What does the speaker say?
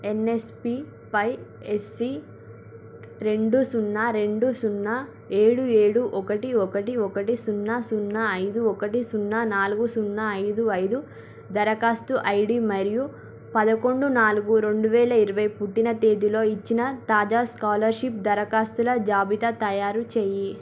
ఎన్ఎస్పీపై SC రెండు సున్నా రెండు సున్నా ఏడు ఏడు ఒకటి ఒకటి ఒకటి సున్నా సున్నా ఐదు ఒకటి సున్నా నాలుగు సున్నా ఐదు ఐదు దరఖాస్తు ఐడీ మరియు పదకొండు నాలుగు రెండు వేల ఇరవై పుట్టిన తేదిలో ఇచ్చిన తాజా స్కాలర్షిప్ దరఖాస్తుల జాబితా తయారు చెయ్యి